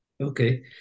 Okay